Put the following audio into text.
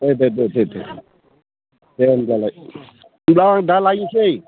अ दे दे दे दे होनब्लालाय होनब्ला आं दा लायनोसै